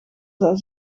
zou